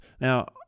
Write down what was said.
Now